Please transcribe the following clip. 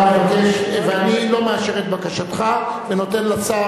ואני לא מאשר את בקשתך ונותן לשר,